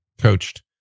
coached